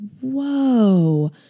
whoa